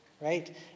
right